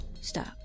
Stop